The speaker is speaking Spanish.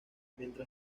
mientras